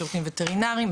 בשירותים וטרינריים,